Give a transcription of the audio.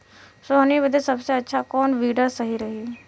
सोहनी बदे सबसे अच्छा कौन वीडर सही रही?